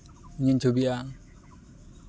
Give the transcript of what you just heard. ᱤᱧᱤᱧ ᱪᱷᱚᱵᱤᱜᱼᱟ